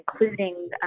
including